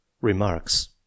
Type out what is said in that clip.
Remarks